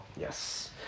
Yes